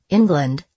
England